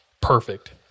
perfect